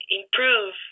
improve